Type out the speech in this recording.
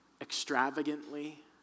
Extravagantly